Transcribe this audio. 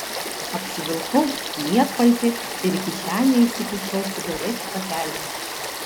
apsivilkau lietpaltį ir į kišenę įsikišau cigarečių pakelį